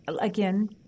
again